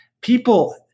people